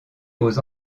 aux